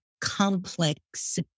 complex